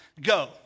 go